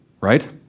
right